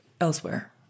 elsewhere